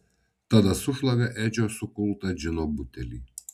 tada sušlavė edžio sukultą džino butelį